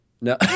No